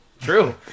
True